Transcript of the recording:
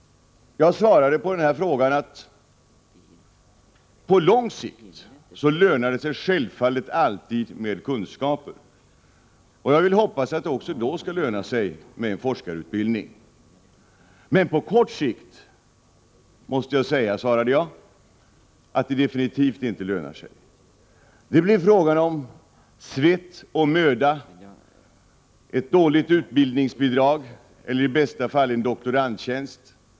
Jag svarade att på lång sikt lönar det sig självfallet alltid med kunskaper, och jag vill hoppas att det också då skall löna sig med forskarutbildning. Men på kort sikt måste jag säga att det absolut inte lönar sig. Det blir svett och möda, ett dåligt utbildningsbidrag eller i bästa fall en doktorandtjänst.